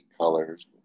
colors